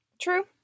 True